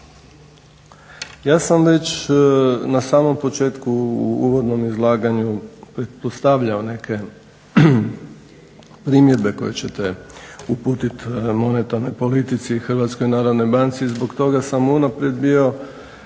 Ja sam već na samom početku u uvodnome izlaganju pretpostavljao neke primjedbe koje ćete uputiti monetarnoj politici i HNB-u i zbog toga sam unaprijed bio